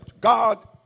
God